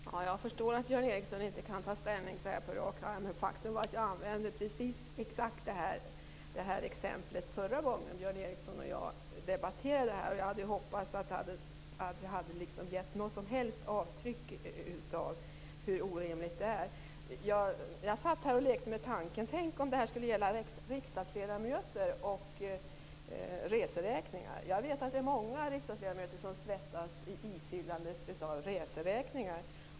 Herr talman! Jag förstår att Björn Ericson inte kan ta ställning på rak arm. Men faktum är att jag använde exakt det här exemplet förra gången Björn Ericson och jag debatterade den här frågan. Jag hade hoppats att det skulle ha gett något litet avtryck av hur orimligt det är. Jag satt här och lekte med tanken på om det här skulle gälla riksdagsledamöter och reseräkningar. Jag vet att det är många riksdagsledamöter som svettas vid ifyllandet av reseräkningar.